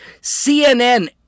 CNN